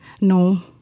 No